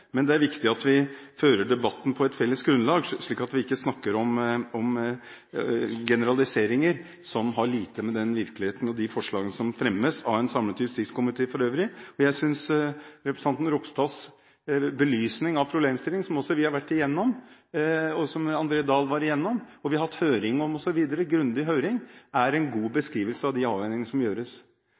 men det er viktig at vi fører debatten på et felles grunnlag, slik at vi ikke snakker om generaliseringer som har lite med virkeligheten og de forslagene som fremmes – av en samlet justiskomité, for øvrig. Jeg synes representanten Ropstads belysning av problemstillingen, som vi også har vært igjennom, som André Oktay Dahl var igjennom, og som vi har hatt grundig høring om osv., er en god beskrivelse av de avveiningene som gjøres.